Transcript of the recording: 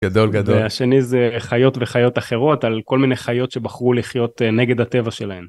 גדול גדול השני זה חיות וחיות אחרות על כל מיני חיות שבחרו לחיות נגד הטבע שלהם.